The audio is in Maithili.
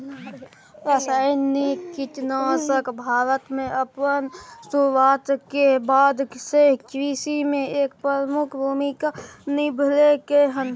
रासायनिक कीटनाशक भारत में अपन शुरुआत के बाद से कृषि में एक प्रमुख भूमिका निभलकय हन